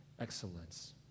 excellence